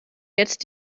jetzt